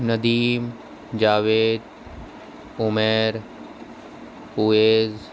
Nadeem Javed Umair Owais